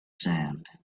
sand